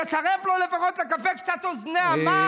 תצרף לו לפחות לקפה קצת אוזני המן,